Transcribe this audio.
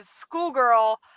schoolgirl